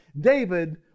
David